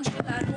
גם שלנו.